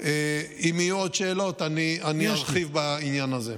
אם יהיו עוד שאלות, אני ארחיב בעניין הזה.